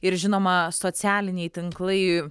ir žinoma socialiniai tinklai